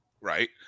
Right